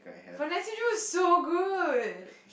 but Nancy-Drew is so good